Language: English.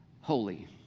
holy